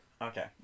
Okay